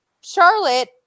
Charlotte